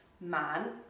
man